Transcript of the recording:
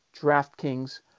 DraftKings